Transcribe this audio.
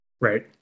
right